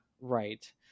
right